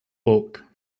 book